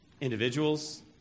individuals